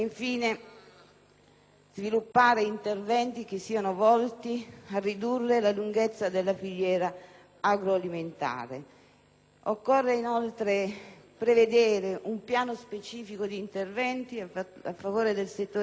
sviluppare interventi che siano volti a ridurre la lunghezza della filiera agroalimentare. Occorre inoltre prevedere un piano specifico di interventi a favore del settore cerealicolo,